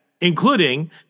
including